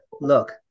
Look